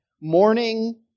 Morning